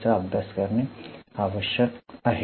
चा अभ्यास करणे आवश्यक आहे